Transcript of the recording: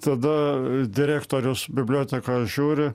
tada direktorius bibliotekoj žiūri